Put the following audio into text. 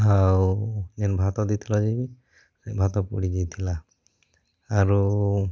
ଆଉ ଯେନ୍ ଭାତ ଦେଇଥିଲ ଯେ ବି ଭାତ ପୁଡ଼ିଯାଇଥିଲା ଆରୁ